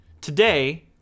today